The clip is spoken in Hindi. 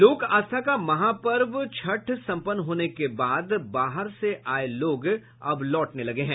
लोकआस्था का महापर्व छठ संपन्न होने के बाद बाहर से आये लोग लौटने लगे हैं